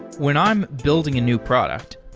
when i'm building a new product,